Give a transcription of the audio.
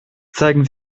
zeigen